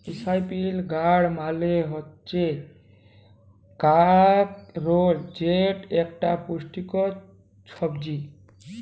ইসপিলই গাড় মালে হচ্যে কাঁকরোল যেট একট পুচটিকর ছবজি